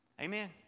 Amen